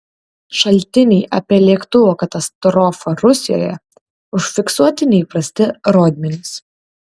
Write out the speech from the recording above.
šaltiniai apie lėktuvo katastrofą rusijoje užfiksuoti neįprasti rodmenys